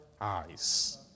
eyes